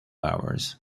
hours